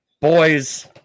Boys